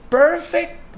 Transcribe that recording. perfect